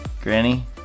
granny